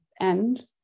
end